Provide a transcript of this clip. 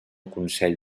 consell